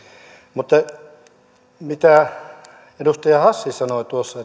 mutta mitä edustaja hassi sanoi tuossa